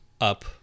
up